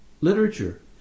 literature